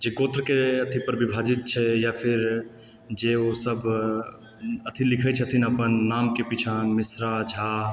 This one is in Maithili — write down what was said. जे गोत्र के अथी पर विभाजित छै या फिर जे ओसब अथी लिखै छथिन अपन नाम के पीछाॅं मिश्रा झा